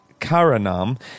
Karanam